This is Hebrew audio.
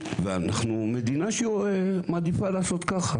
ואנחנו מדינה שמעדיפה לעשות ככה.